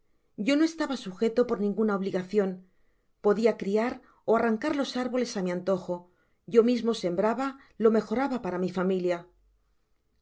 yo no estaba sujeto por ninguna obligacion podia criar ó arrancar los árboles á mi antojo yo mismo sembraba lo mejoraba para mi familia